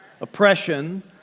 oppression